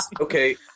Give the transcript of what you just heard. Okay